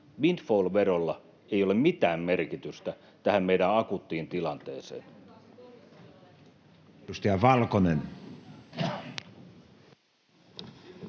Windfall-verolla ei ole mitään merkitystä tähän meidän akuuttiin tilanteeseen.